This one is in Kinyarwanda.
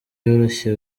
yoroshye